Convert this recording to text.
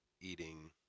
eating